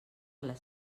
les